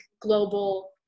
global